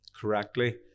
correctly